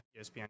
ESPN